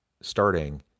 starting